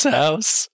house